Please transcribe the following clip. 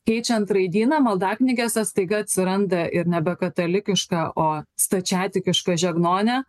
keičiant raidyną maldaknygėse staiga atsiranda ir nebe katalikiška o stačiatikiška žegnonė